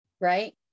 right